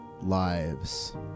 lives